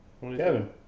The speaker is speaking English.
Kevin